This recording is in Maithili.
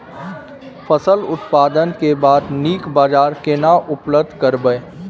फसल उत्पादन के बाद नीक बाजार केना उपलब्ध कराबै?